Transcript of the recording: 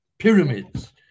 Pyramids